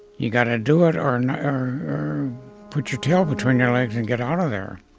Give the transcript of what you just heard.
you got to do it or and or put your tail between your legs and get out of there